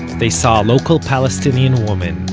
they saw a local palestinian woman,